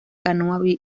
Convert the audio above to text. canoa